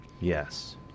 Yes